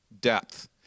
depth